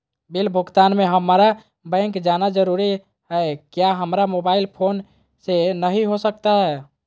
Bill भुगतान में हम्मारा बैंक जाना जरूर है क्या हमारा मोबाइल फोन से नहीं हो सकता है?